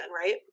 right